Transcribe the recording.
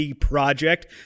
Project